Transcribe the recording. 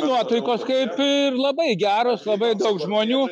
nuotaikos kaip ir labai geros labai daug žmonių